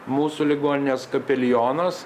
mūsų ligoninės kapelionas